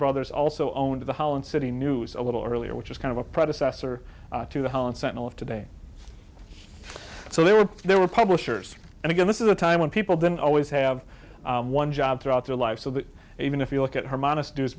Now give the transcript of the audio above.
brothers also owned the holland city news a little earlier which is kind of a predecessor to the holland sentinel of today so they were there were publishers and again this is a time when people don't always have one job throughout their life so that even if you look at her mo